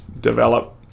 develop